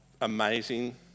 amazing